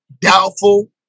doubtful